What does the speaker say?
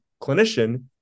clinician